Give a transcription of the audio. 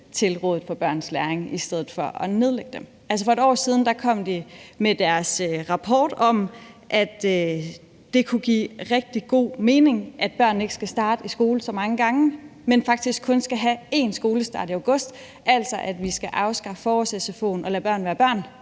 til Rådet for Børns Læring i stedet for at nedlægge dem. For et år siden kom de med deres rapport om, at det kunne give rigtig god mening, at børn ikke skal starte i skole så mange gange, men faktisk kun skal have én skolestart i august, altså at vi skal afskaffe forårs-sfo'en og lade børn være børn